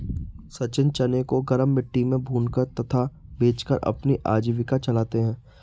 सचिन चने को गरम मिट्टी में भूनकर तथा बेचकर अपनी आजीविका चलाते हैं